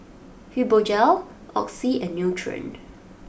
Fibogel Oxy and Nutren